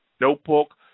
notebook